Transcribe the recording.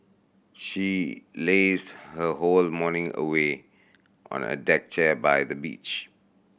she lazed her whole morning away on a deck chair by the beach